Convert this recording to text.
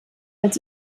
als